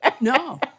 No